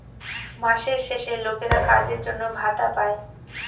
মাসের শেষে লোকেরা কাজের জন্য ভাতা পাই